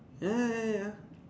ya ya ya ya ya